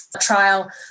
trial